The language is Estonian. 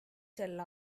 sel